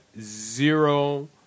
zero